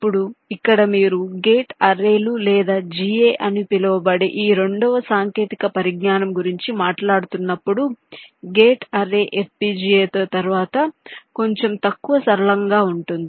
ఇప్పుడు ఇక్కడ మీరు గేట్ అర్రేలు లేదా GA అని పిలువబడే ఈ రెండవ సాంకేతిక పరిజ్ఞానం గురించి మాట్లాడుతున్నప్పుడు గేట్ అర్రే FPGA తరువాత కొంచెం తక్కువ సరళంగా ఉంటుంది